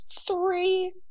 three